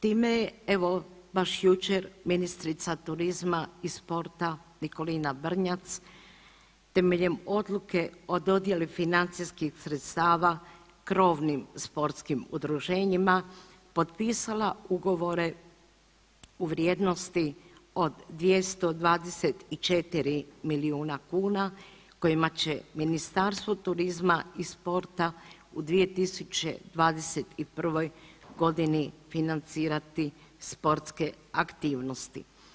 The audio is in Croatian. Time je evo baš jučer ministrica turizma i sporta Nikolina Brnjac, temeljem odluke o dodjeli financijskih sredstava krovnim sportskim udruženjima potpisala ugovore u vrijednosti od 224 milijuna kuna kojima će Ministarstvo turizma i sporta u 2021.g. financirati sportske aktivnosti.